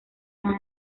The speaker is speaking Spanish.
más